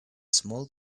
small